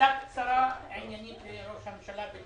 שאלה קצרה עניינת לראש הממשלה.